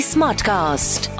Smartcast